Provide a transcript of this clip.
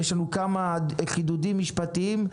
יש לנו כמה חידודים משפטיים,